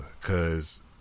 Cause